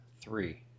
three